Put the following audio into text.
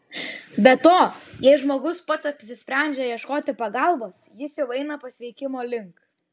be to jei žmogus pats apsisprendžia ieškoti pagalbos jis jau eina pasveikimo link